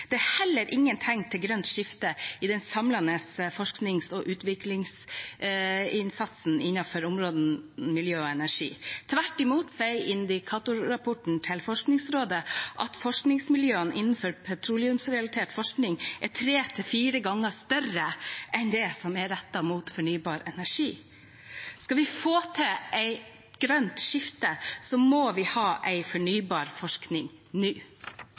Det er heller ingen tegn til grønt skifte i den samlede forsknings- og utviklingsinnsatsen innenfor området miljø og energi. Tvert imot sier indikatorrapporten til Forskningsrådet at forskningsmiljøene innenfor petroleumsrelatert forskning er trefire ganger større enn det som er rettet mot fornybar energi. Skal vi få til et grønt skifte, må vi ha